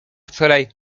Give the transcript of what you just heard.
wczoraj